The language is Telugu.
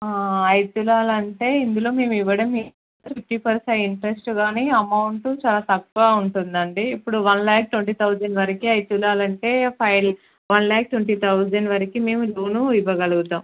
ఐదు తులాలంటే ఇందులో మేము ఇవ్వడం మీ ఫిఫ్టీ పర్సెంట్ ఇంట్రెస్ట్ కానీ అమౌంట్ చాలా తక్కువ ఉంటుందండి ఇప్పుడు వన్ ల్యాక్ ట్వెంటీ థౌజండ్ వరకే ఐదు తులాలకి ఫై వన్ ల్యాక్ ట్వెంటీ థౌజండ్ వరకు మేము లోన్ ఇవ్వగలుగుతాము